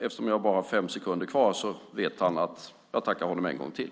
Eftersom jag nu bara har fem sekunder kvar tackar jag honom en gång till.